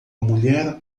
mulher